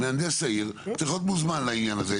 מהנדס העיר צריך להיות מוזמן לעניין הזה.